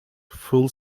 full